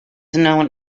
known